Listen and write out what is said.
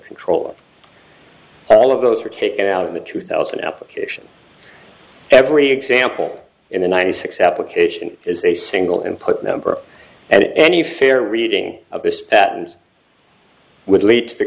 control all of those are taken out in the two thousand application every example in the ninety six application is a single input number and any fair reading of this patterns would lead to the